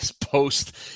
post